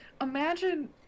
imagine